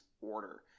order